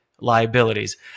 liabilities